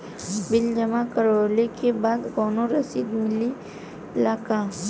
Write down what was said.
Bill जमा करवले के बाद कौनो रसिद मिले ला का?